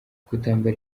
kutambara